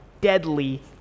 deadly